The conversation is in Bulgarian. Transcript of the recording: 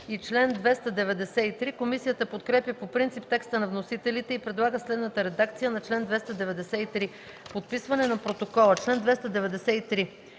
и числа.” Комисията подкрепя по принцип текста на вносителите и предлага следната редакция на чл. 282: „Подписване на протокола. Поправка